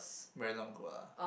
very long ago lah